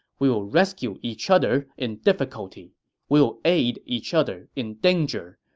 we will rescue each other in difficulty we will aid each other in danger.